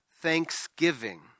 thanksgiving